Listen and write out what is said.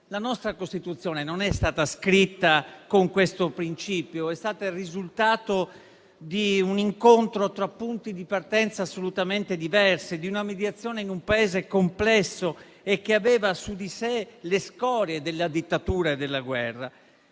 La nostra Costituzione non è stata scritta con questo principio: è stata il risultato di un incontro tra punti di partenza assolutamente diversi, di una mediazione in un Paese complesso, che aveva su di sé le scorie della dittatura e della guerra.